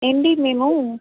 అండి మేము